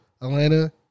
Atlanta